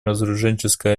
разоруженческой